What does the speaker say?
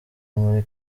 muri